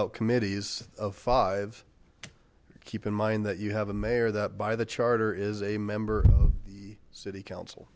out committees of five keep in mind that you have a mayor that by the charter is a member of the city council